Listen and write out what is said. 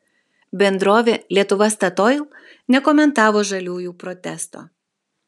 bendrovė lietuva statoil nekomentavo žaliųjų protesto